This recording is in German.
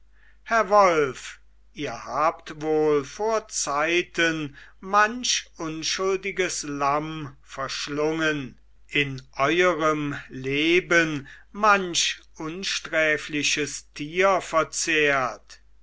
herr wolf ihr habt wohl vorzeiten manch unschuldiges lamm verschlungen in euerem leben manch unsträfliches tier verzehrt